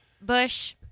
bush